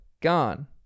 gone